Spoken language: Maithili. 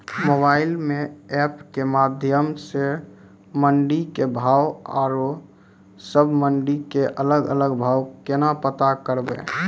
मोबाइल म एप के माध्यम सऽ मंडी के भाव औरो सब मंडी के अलग अलग भाव केना पता करबै?